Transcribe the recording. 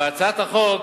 בהצעת החוק